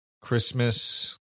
Christmas